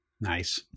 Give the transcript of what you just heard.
Nice